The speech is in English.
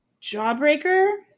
Jawbreaker